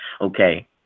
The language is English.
Okay